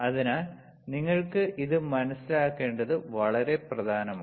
അതിനാൽ നിങ്ങൾക്ക് ഇത് മനസ്സിലാക്കേണ്ടത് വളരെ പ്രധാനമാണ്